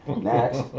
next